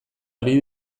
ari